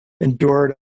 endured